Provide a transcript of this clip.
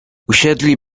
usiedli